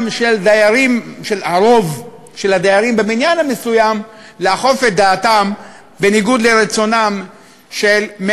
גם של רוב הדיירים בבניין המסוים לאכוף את דעתם בניגוד לרצונם של,